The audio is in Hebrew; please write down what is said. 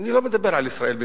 אני לא מדבר על ישראל ביתנו.